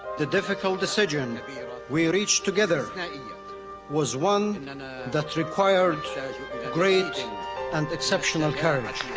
the difficult decision we reached together was one that required great and exceptional courage